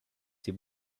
die